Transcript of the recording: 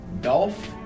Dolph